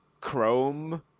chrome